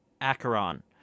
Acheron